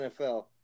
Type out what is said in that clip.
NFL